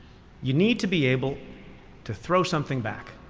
you need to be able to throw something back.